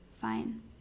fine